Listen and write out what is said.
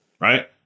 right